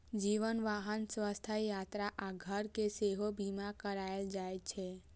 जीवन, वाहन, स्वास्थ्य, यात्रा आ घर के सेहो बीमा कराएल जाइ छै